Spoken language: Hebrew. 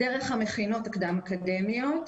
דרך המכינות הקדם אקדמיות,